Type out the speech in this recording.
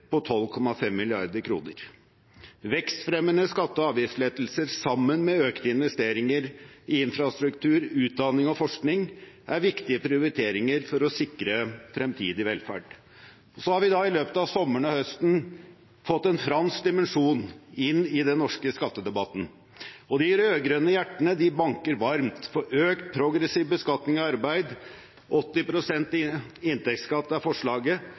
på 12,5 mrd. kr. Vekstfremmende skatte- og avgiftslettelser sammen med økte investeringer i infrastruktur, utdanning og forskning er viktige prioriteringer for å sikre fremtidig velferd. I løpet av sommeren og høsten har vi også fått en fransk dimensjon inn i den norske skattedebatten, og de rød-grønne hjertene banker varmt for økt progressiv beskatning av arbeid – 80 pst. inntektsskatt er forslaget